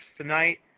tonight